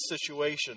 situation